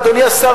ואדוני השר,